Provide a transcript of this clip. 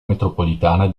metropolitana